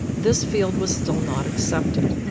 this field was still not accepted.